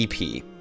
EP